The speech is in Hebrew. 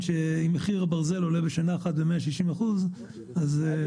שאם מחיר הברזל עולה בשנה אחת ב-160% יש לזה השפעה.